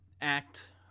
act